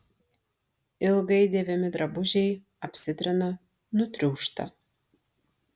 ilgai dėvimi drabužiai apsitrina nutriūšta